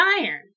iron